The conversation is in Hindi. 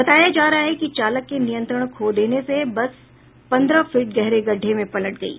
बताया जा रहा है कि चालक के नियंत्रण खो देने से बस पन्द्रह फीट गहरे गड़ढ़े में पलट गयी